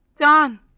John